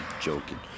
joking